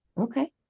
Okay